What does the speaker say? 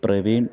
Praveen